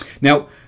Now